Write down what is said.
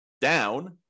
down